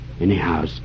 Anyhow